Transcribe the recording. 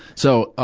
so, ah,